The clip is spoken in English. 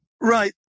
Right